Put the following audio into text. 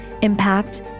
impact